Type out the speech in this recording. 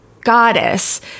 goddess